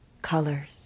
colors